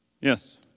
Yes